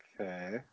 Okay